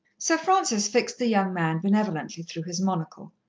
sir francis fixed the young man benevolently through his monocle.